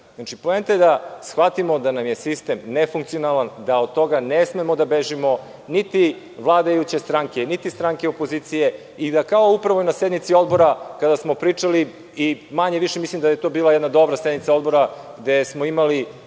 je da shvatimo da nam je sistem nefunkiconalan, da od toga ne smemo da bežimo, niti vladajuće stranke, niti stranke opozicije i da, kao i na sednici odbora kada smo pričali, mislim da je to bila dobra sednica odbora gde smo imali